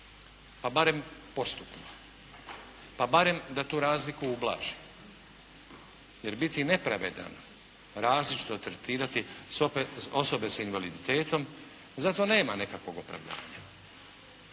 pa barem postupno, pa barem da tu nepravdu ublaži. Jer biti nepravedan, različito tretirati osobe s invaliditetom, za to nema nekakvog opravdanja.